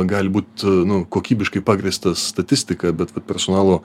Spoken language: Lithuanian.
gali būt nu kokybiškai pagrįstas statistika bet vat personalo